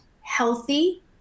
healthy